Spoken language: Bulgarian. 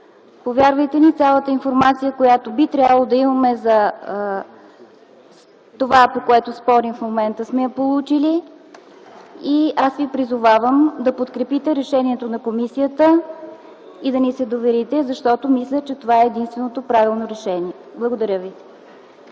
Повярвайте ми, цялата информация, която би трябвало да имаме за това, по което спорим в момента, сме я получили. Аз ви призовавам да подкрепите решението на комисията и да ни се доверите, защото мисля, че това е единственото правилно решение. Благодаря ви.